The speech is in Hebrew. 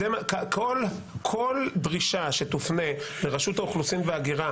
כל דרישה שתופנה לרשות האוכלוסין וההגירה